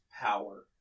power